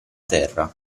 terra